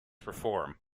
reform